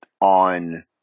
on